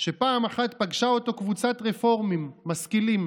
שפעם אחת פגשה אותו קבוצת רפורמים משכילים.